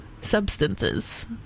substances